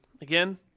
again